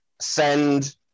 send